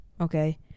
Okay